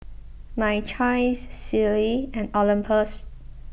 My Choice Sealy and Olympus